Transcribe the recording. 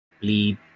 bleed